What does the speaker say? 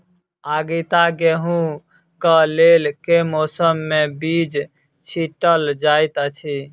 आगिता गेंहूँ कऽ लेल केँ मौसम मे बीज छिटल जाइत अछि?